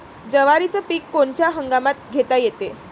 जवारीचं पीक कोनच्या हंगामात घेता येते?